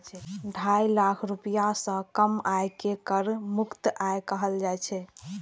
ढाई लाख रुपैया सं कम आय कें कर मुक्त आय कहल जाइ छै